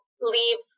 leave